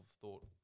thought